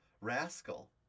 rascal